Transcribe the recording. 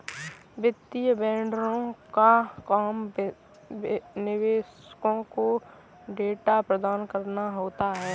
वित्तीय वेंडरों का काम निवेशकों को डेटा प्रदान कराना होता है